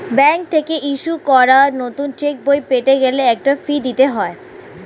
bank থেকে issue করা নতুন চেকবই পেতে গেলে একটা ফি দিতে হয়